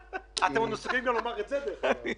אתם מסוגלים להגיד גם את זה דרך אגב.